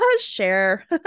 share